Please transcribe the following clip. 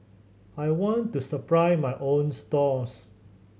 I want to supply my own stalls